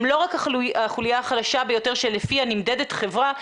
הם לא רק החוליה החלשה ביותר שלפיה נמדדת חברה,